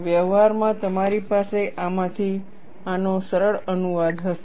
વ્યવહારમાં તમારી પાસે આમાંથી આનો સરળ અનુવાદ હશે